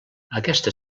aquesta